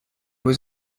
was